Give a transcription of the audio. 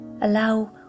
Allow